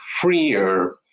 freer